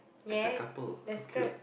as a couple so cute